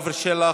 עפר שלח,